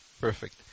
Perfect